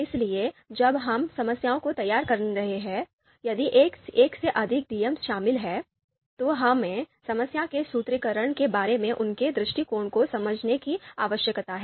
इसलिए जब हम समस्या को तैयार कर रहे हैं यदि एक से अधिक डीएम शामिल हैं तो हमें समस्या के सूत्रीकरण के बारे में उनके दृष्टिकोण को समझने की आवश्यकता है